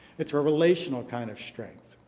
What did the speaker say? it's a relational kind of strength.